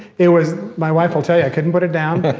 it was, my wife will tell you i couldn't put it down.